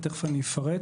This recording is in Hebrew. ותכף אני אפרט,